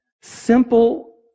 simple